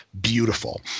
beautiful